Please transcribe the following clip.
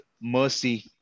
mercy